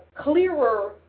clearer